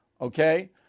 okay